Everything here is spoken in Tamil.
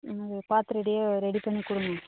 பார்த்து ரெடியாக ரெடி பண்ணி கொடுங்க